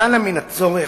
למעלה מן הצורך